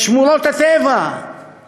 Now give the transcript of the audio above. את "שמורות הטבע";